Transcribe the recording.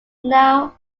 now